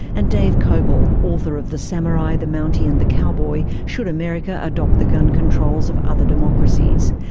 and dave kopel, author of the samurai, the mountie, and the cowboy should america adopt the gun controls of other democracies?